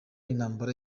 intambara